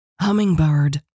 Hummingbird